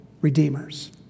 redeemers